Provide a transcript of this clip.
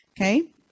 Okay